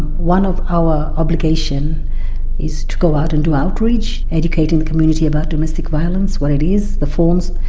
one of our obligations is to go out and do outreach, educating the community about domestic violence, what it is, the forms,